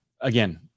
Again